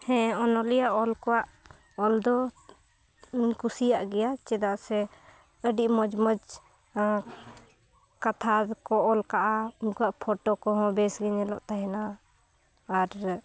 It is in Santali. ᱦᱮᱸ ᱚᱱᱚᱞᱤᱭᱟᱹᱣᱟᱜ ᱚᱞ ᱠᱚᱣᱟᱜ ᱚᱞ ᱫᱚ ᱤᱧ ᱠᱩᱥᱤᱭᱟᱜ ᱜᱮᱭᱟ ᱪᱮᱫᱟᱜ ᱥᱮ ᱟᱹᱰᱤ ᱢᱚᱡᱽ ᱢᱚᱡᱽ ᱠᱟᱛᱷᱟ ᱠᱚ ᱚᱞ ᱠᱟᱜᱼᱟ ᱩᱱᱠᱩᱣᱟᱜ ᱯᱷᱳᱴᱳ ᱠᱚᱦᱚᱸ ᱵᱮᱥᱜᱮ ᱧᱮᱞᱚᱜ ᱛᱟᱦᱮᱱᱟ ᱟᱨ